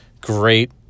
great